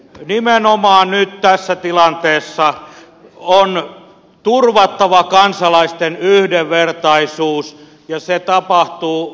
nimenomaan nyt tässä tilanteessa on turvattava kansalaisten yhdenvertaisuus ja että se tapahtuu